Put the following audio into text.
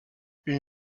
une